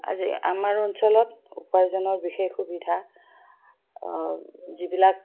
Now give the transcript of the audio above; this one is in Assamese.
আজি আমাৰ অঞ্চলত উপাৰ্জনৰ বিশেষ সুবিধা যিবিলাক